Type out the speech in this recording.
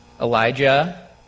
Elijah